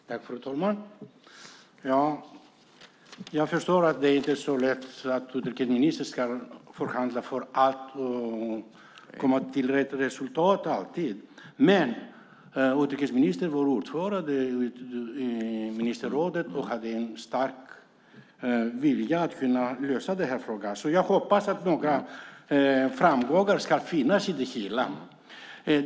Fru talman! Jag förstår att det inte är så lätt för utrikesministern att förhandla och alltid komma till rätt resultat. Men utrikesministern var ordförande i ministerrådet och hade en stark vilja att lösa den här frågan, så jag hoppas att det ska finnas många framgångar i det hela.